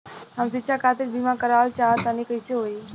हम शिक्षा खातिर बीमा करावल चाहऽ तनि कइसे होई?